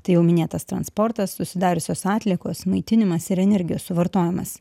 tai jau minėtas transportas susidariusios atliekos maitinimas ir energijos suvartojimas